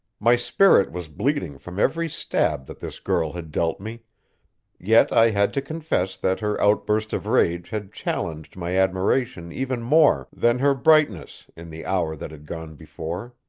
my spirit was bleeding from every stab that this girl had dealt me yet i had to confess that her outburst of rage had challenged my admiration even more than her brightness in the hour that had gone before.